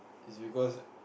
is because